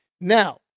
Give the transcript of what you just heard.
Now